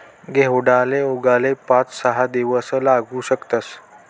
घेवडाले उगाले पाच सहा दिवस लागू शकतस